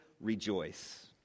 rejoice